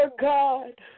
God